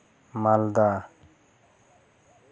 ᱢᱟᱞᱫᱟ